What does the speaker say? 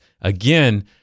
Again